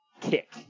kick